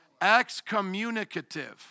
excommunicative